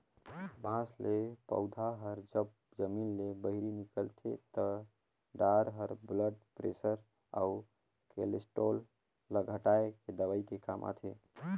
बांस ले पउधा हर जब जमीन ले बहिरे निकलथे ते डार हर ब्लड परेसर अउ केलोस्टाल ल घटाए के दवई के काम आथे